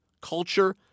culture